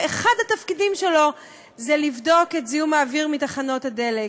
ואחד התפקידים שלו הוא לבדוק את זיהום האוויר מתחנות הדלק,